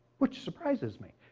which surprises me.